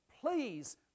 please